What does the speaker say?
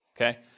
okay